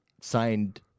Signed